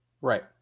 Right